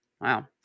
wow